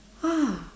ah